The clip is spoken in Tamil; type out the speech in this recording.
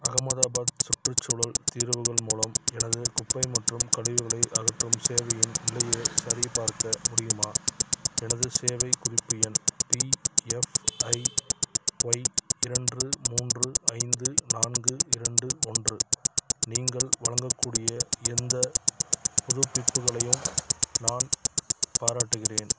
அகமதாபாத் சுற்றுச்சூழல் தீர்வுகள் மூலம் எனது குப்பை மற்றும் கழிவுகளை அகற்றும் சேவையின் நிலையைச் சரிபார்க்க முடியுமா எனது சேவை குறிப்பு எண் பிஎஃப்ஐஒய் இரண்டு மூன்று ஐந்து நான்கு இரண்டு ஒன்று நீங்கள் வழங்கக்கூடிய எந்த புதுப்பிப்புகளையும் நான் பாராட்டுகிறேன்